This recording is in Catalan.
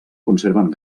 conserven